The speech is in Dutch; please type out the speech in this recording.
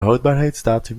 houdbaarheidsdatum